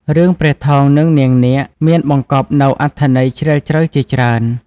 រឿងព្រះថោង និងនាងនាគ មានបង្កបនូវអត្ថន័យជ្រាលជ្រៅជាច្រើន។